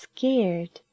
Scared